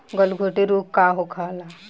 गलघोटू रोग का होला?